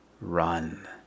run